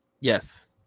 Yes